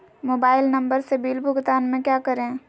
Mobile number से bill भुगतान में क्या करें?